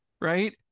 right